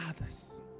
others